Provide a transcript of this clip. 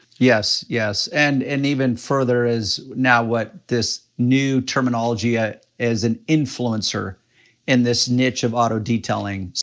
yes, yes, and and even further, as now what this new terminology ah as an influencer in this niche of auto detailing.